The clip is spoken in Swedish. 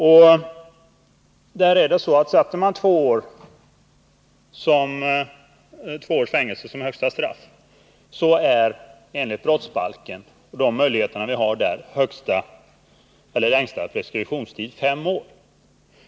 Det är nämligen så att sätter man två års fängelse som högsta straff, då är enligt brottsbalken den längsta preskriptionstiden fem år.